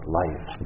life